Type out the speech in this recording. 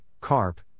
carp